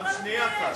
פעם שנייה כבר.